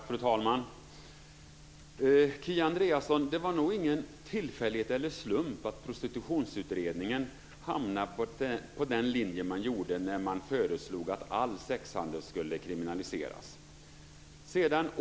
Fru talman! Det var nog ingen tillfällighet eller slump, Kia Andreasson, att Prostitutionsutredningen hamnade på den linje som den gjorde när den föreslog att all sexhandel skulle kriminaliseras.